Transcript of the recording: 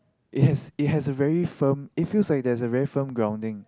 it has it has a very firm it feels like there is a very firm grounding